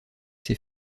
ses